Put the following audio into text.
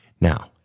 Now